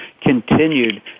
continued